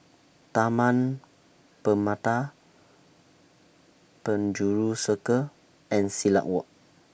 Taman Permata Penjuru Circle and Silat Walk